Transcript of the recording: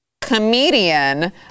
comedian